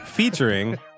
Featuring